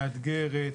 מאתגרת,